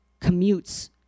commutes